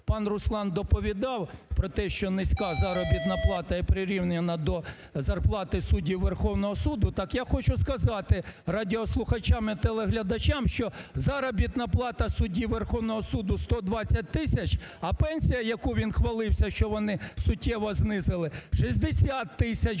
Пан Руслан доповідав про те, що низька заробітна плата і прирівняна до зарплати суддів Верховного Суду, так я хочу сказати радіослухачам і телеглядачам, що заробітна плата судді Верховного Суду 120 тисяч. А пенсія, яку він хвалився, що вони суттєво знизили, 60 тисяч